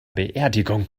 beerdigung